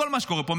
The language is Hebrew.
מכל מה שקורה פה,